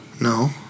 No